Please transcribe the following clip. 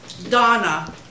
Donna